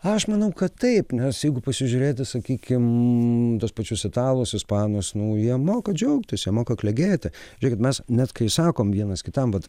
aš manau kad taip nes jeigu pasižiūrėti sakykim tuos pačius italus ispanus nu jie moka džiaugtis jie moka klegėti žiūrėkit mes net kai sakom vienas kitam vat